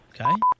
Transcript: Okay